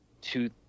two